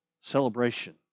celebration